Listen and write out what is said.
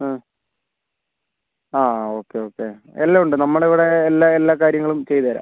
ആ ആ okay okay എല്ലാം ഉണ്ട് നമ്മുടെ ഇവിടെ എല്ലാ എല്ലാ കാര്യങ്ങളും ചെയ്തുതരാം